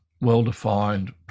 well-defined